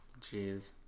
Jeez